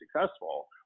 successful